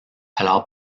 alors